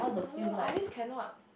no I always cannot